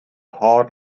hard